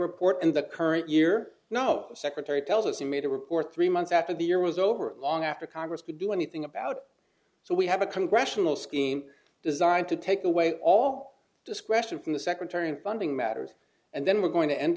report and the current year no the secretary tells us he made a report three months after the year was over a long after congress could do anything about so we have a congressional scheme designed to take away all discretion from the secretary in funding matters and then we're going to end